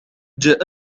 جاء